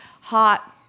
hot